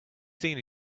seen